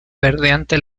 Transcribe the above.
verdeante